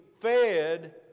fed